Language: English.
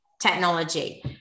technology